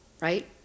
right